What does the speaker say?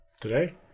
today